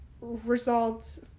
results